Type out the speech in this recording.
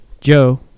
Joe